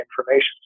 information